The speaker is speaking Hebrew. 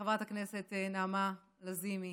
חברת הכנסת נעמה לזימי